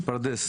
פרדס.